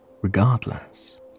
Regardless